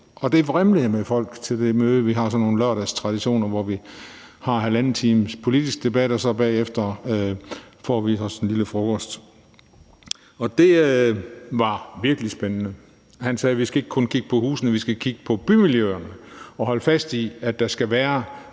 Og det vrimlede med folk til det møde. Vi har sådan en lørdagstradition, hvor vi har halvanden times politisk debat, og bagefter får vi os en lille frokost. Og det var virkelig spændende. Han sagde: Vi skal ikke kun kigge på husene, vi skal kigge på bymiljøerne og holde fast i, at der skal være